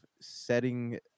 setting